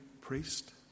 priest